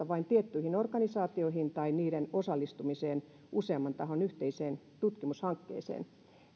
vain tiettyihin organisaatioihin tai niiden osallistumiseen useamman tahon yhteiseen tutkimushankkeeseen